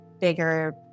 bigger